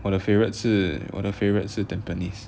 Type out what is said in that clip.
我的 favourite 是我的 favourite 是 tampines